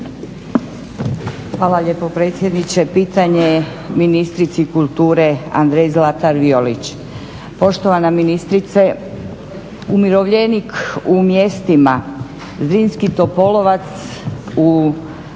Hvala lijepo predsjedniče. Pitanje ministrici kulture Andrei Zlatar Violić. Poštovana ministrice, umirovljenik u mjestima Zrinski Topolovac u